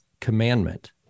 commandment